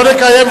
לא נקיים,